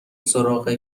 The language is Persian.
سراغ